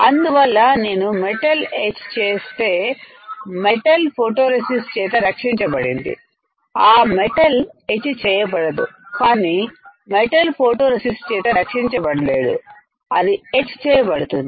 అందువల్ల నేను మెటల్ ఎచ్చేస్తే మెటల్ ఫోటోరెసిస్ట్ చేత రక్షించబడింది ఆ మెటల్ ఎచ్ చేయబడదు కానీ మెటల్ ఫోటోరెసిస్ట్ చేత రక్షించపడలేదు అది ఎచ్ చేయబడుతుంది